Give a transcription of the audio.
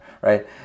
right